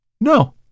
No